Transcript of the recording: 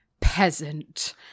peasant